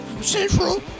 Central